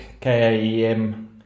KAEM